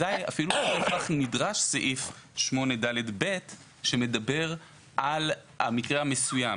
אזי אפילו לא כל כך נדרש סעיף 8ד(ב) שמדבר על המקרה המסוים.